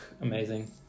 amazing